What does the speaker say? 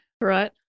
right